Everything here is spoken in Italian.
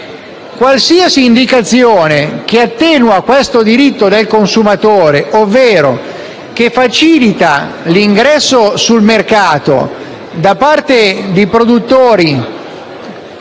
Qualsiasi indicazione che attenua questo diritto del consumatore, ovvero che facilita l'ingresso sul mercato di prodotti